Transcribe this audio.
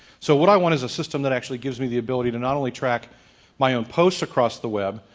so what i want is a system that actually gives me the ability to not only track my own posts across the web,